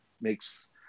makes